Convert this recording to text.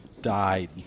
died